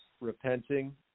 repenting